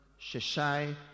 Sheshai